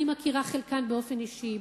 אני מכירה את חלקן באופן אישי,